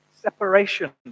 Separation